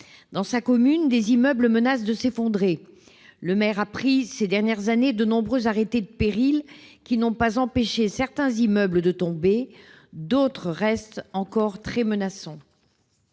Dans sa commune, des immeubles menacent de s'effondrer. Ces dernières années, il a pris de nombreux arrêtés de péril, qui n'ont pas empêché certains immeubles de tomber. D'autres sont encore très menaçants.